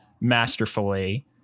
masterfully